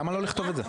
למה לא לכתוב את זה?